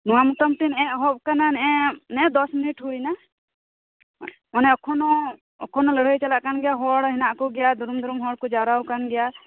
ᱱᱚᱣᱟ ᱢᱚᱴᱟ ᱢᱩᱴᱤ ᱱᱮᱜ ᱮ ᱮᱦᱚᱯ ᱠᱟᱱᱟ ᱱᱮᱜ ᱮ ᱱᱮᱜ ᱟ ᱫᱚᱥ ᱢᱤᱱᱤᱴ ᱦᱩᱭᱱᱟ ᱚᱱᱮ ᱮᱠᱷᱚᱱᱚ ᱮᱠᱷᱚᱱᱚ ᱞᱟᱹᱲᱦᱟᱹᱭ ᱪᱟᱞᱟᱜ ᱠᱟᱱ ᱜᱮᱭᱟ ᱦᱚᱲ ᱦᱮᱱᱟᱜ ᱠᱚᱜᱮᱭᱟ ᱫᱩᱨᱩᱢ ᱫᱩᱨᱩᱢ ᱦᱚᱲ ᱠᱚ ᱡᱟᱣᱨᱟ ᱟᱠᱟᱱ ᱜᱮᱭᱟ